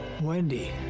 Wendy